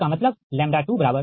इसका मतलब60475910759